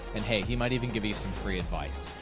and hey, he might even give you some free advice.